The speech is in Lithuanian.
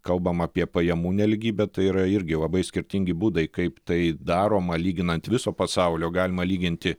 kalbam apie pajamų nelygybę tai yra irgi labai skirtingi būdai kaip tai daroma lyginant viso pasaulio galima lyginti